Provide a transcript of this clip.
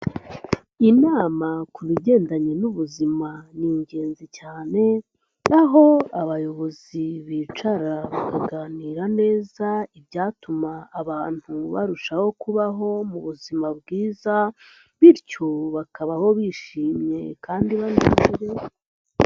Inama ku bigendanye n'ubuzima ni ingenzi cyane aho abayobozi bicara bakaganira neza ibyatuma abantu barushaho kubaho mu buzima bwiza, bityo bakabaho bishimye kandi bameze neza.